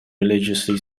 religiously